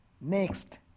next